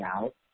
out